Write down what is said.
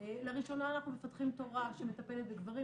לראשונה אנחנו מפתחים תורה שמטפלת בגברים.